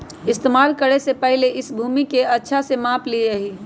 इस्तेमाल करे से पहले इस भूमि के अच्छा से माप ली यहीं